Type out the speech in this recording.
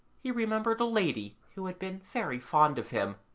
he remembered a lady who had been very fond of him.